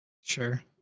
Sure